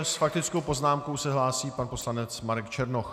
S faktickou poznámkou se hlásí pan poslanec Marek Černoch.